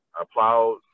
applaud